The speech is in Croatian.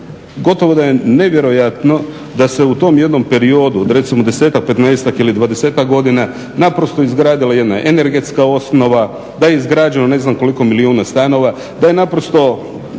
gotovo da je nevjerojatno da se u tom jednom periodu od recimo desetak, petnaestak ili dvadesetak godina naprosto izgradila jedna energetska osnova, da je izgrađeno ne znam koliko milijuna stanova, da je naprosto